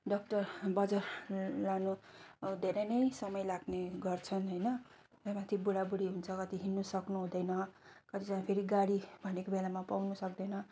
doctor बजार लानु धेरै नै समय लाग्ने गर्छन् होइन त्यहीमाथि बुढाबुढी हुन्छ कति हिँड्नु सक्नुहुँदैन कतिजना फेरि गाडी भनेको बेलामा पाउन सक्दैन